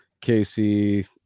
Casey